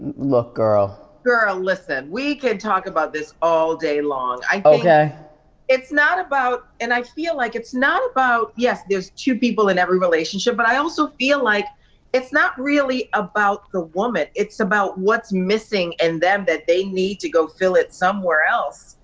look girl. girl listen, we can talk about this all day long, i think it's not about, and i feel like it's not about, yes there's two people in every relationship, but i also feel like it's not really about the woman, it's about what's missing in them that they need to go fill it somewhere else.